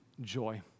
joy